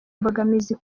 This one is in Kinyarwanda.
imbogamizi